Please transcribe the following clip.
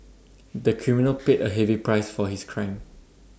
the criminal paid A heavy price for his crime